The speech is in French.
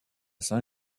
saint